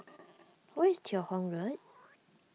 where is Teo Hong Road